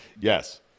yes